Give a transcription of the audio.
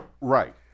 Right